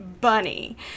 bunny